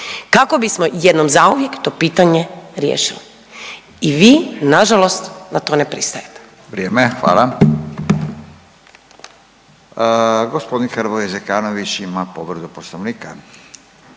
kako bismo jednom zauvijek to pitanje riješili i vi nažalost na to ne pristajete. **Radin, Furio (Nezavisni)** Vrijeme, hvala. Gospodin Hrvoje Zekanović ima povredu poslovnika.